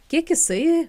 kiek jisai